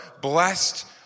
blessed